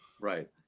Right